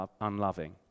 unloving